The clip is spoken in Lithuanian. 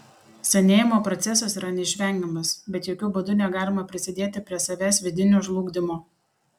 senėjimo procesas yra neišvengiamas bet jokiu būdu negalima prisidėti prie savęs vidinio žlugdymo